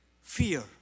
fear